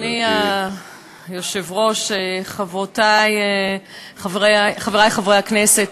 אדוני היושב-ראש, חברותי וחברי חברי הכנסת,